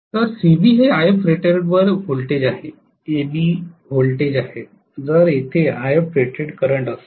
तर cb हे Ifrated वर व्होल्टेज आहे ab व्होल्टेज आहे जर येथे Ifrated करंट असेल